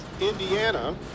Indiana